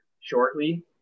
shortly